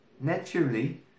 Naturally